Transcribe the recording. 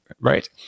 right